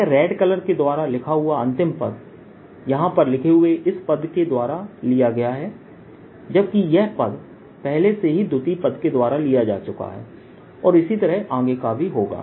यह red colour के द्वारा लिखा हुआ अंतिम पद यहां पर लिखे हुए इस पद के द्वारा लिया गया है जबकि यह पद पहले से ही द्वितीय पद के द्वारा लिया जा चुका है और इसी तरह आगे का भी होगा